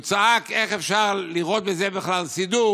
הוא צעק איך אפשר לראות בזה בכלל סידור